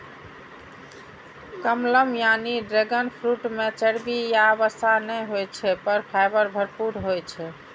कमलम यानी dragon fruit मे चर्बी या वसा नै होइ छै, पर फाइबर भरपूर होइ छै